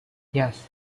yes